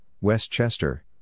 Westchester